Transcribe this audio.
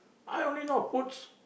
I only know foods